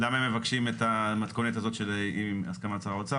את נותנת לו עכשיו צ'ק פתוח